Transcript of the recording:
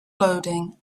loading